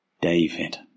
David